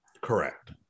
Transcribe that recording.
Correct